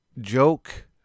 joke